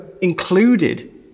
included